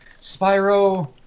spyro